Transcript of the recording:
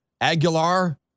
Aguilar